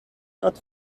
not